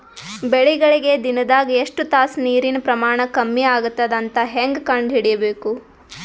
ಬೆಳಿಗಳಿಗೆ ದಿನದಾಗ ಎಷ್ಟು ತಾಸ ನೀರಿನ ಪ್ರಮಾಣ ಕಮ್ಮಿ ಆಗತದ ಅಂತ ಹೇಂಗ ಕಂಡ ಹಿಡಿಯಬೇಕು?